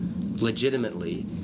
legitimately